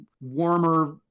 warmer